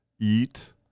eat